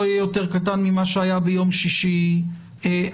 יהיה יותר קטן ממה שהיה ביום שישי האחרון.